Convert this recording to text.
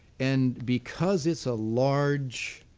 and because it's a large